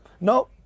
no